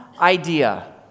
idea